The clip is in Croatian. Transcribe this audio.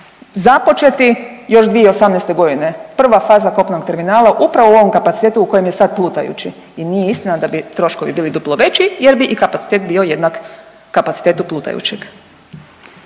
započeti još 2018. godine. Prva faza kopnenog terminala upravo u ovom kapacitetu u kojem je sada plutajući. I nije istina da bi troškovi bili duplo veći, jer bi i kapacitet bio jednak kapacitetu plutajućeg.